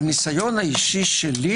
הניסיון האישי שלי,